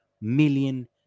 million